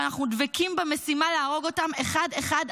ואנחנו דבקים במשימה להרוג אותם אחד-אחד,